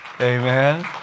Amen